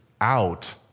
out